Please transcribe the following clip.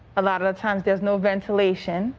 a lot of the times there is no ventilation.